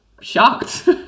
shocked